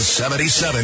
77